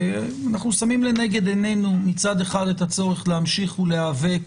ואנחנו שמים לנגד עינינו מצד אחד את הצורך להמשיך ולהיאבק